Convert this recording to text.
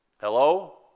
Hello